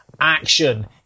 action